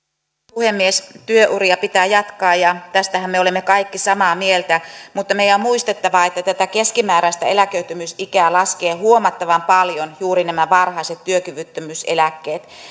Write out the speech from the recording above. puhemies työuria pitää jatkaa ja tästähän me olemme kaikki samaa mieltä mutta meidän on muistettava että tätä keskimääräistä eläköitymisikää laskevat huomattavan paljon juuri nämä varhaiset työkyvyttömyyseläkkeet